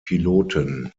piloten